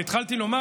והתחלתי לומר,